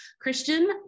Christian